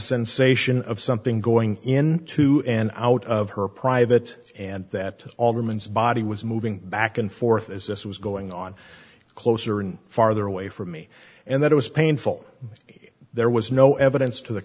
sensation of something going into and out of her private and that all moments body was moving back and forth as this was going on closer and farther away from me and that it was painful if there was no evidence to the